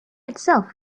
itself